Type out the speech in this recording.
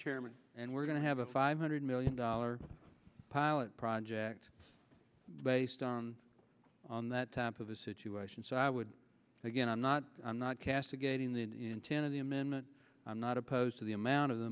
chairman and we're going to have a five hundred million dollar pilot project based on on that type of a situation so i would again i'm not i'm not castigating the intent of the amendment i'm not opposed to the amount of